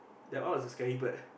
that one was the scary part